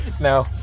No